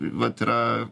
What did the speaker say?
vat yra